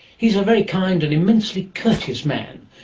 he's a very kind and immensely courteous man,